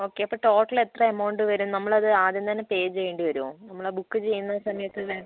okay അപ്പോൾ total എത്ര amount വരും നമ്മളത് ആദ്യം തന്നെ പേ ചെയ്യേണ്ടി വരുവോ നമ്മൾ ആ ബുക്ക് ചെയ്യുന്ന സമയത്ത് വേണോ